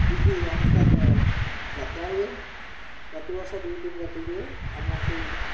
ଦିଘି ଅନୁଷ୍ଠାନ ଯାତ୍ରା ହୁଏ ପ୍ରତିବର୍ଷ ଦୁଇ ତିନି ରାତି ହୁଏ ଆମେମାନେ ସବୁ